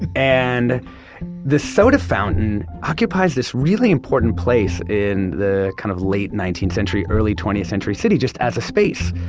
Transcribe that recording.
and the soda fountain occupies this really important place in the kind of, late nineteenth century, early twentieth century city, just as a space.